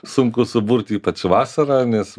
sunku suburt ypač vasarą nes